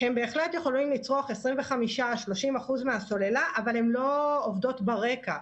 הם בהחלט יכולים לצרוך 30-25% מהסוללה אבל הם לא עובדות ברקע.